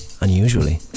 unusually